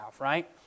right